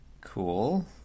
Cool